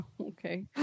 okay